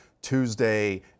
Tuesday